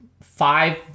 five